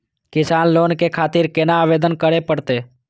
किसान लोन के खातिर केना आवेदन करें परतें?